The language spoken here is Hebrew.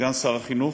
סגן שר החינוך,